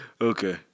Okay